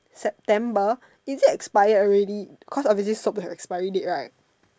September is it expired already cause usually soap got expiry date right